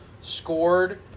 scored